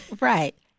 right